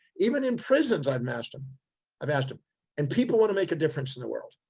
even in prisons, i've asked um um asked them and people want to make a difference in the world.